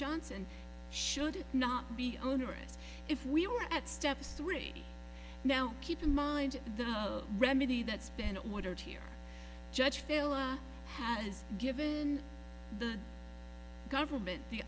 johnson should not be onerous if we were at step three now keep in mind the remedy that's been ordered here judge phila has given the government the